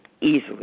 easily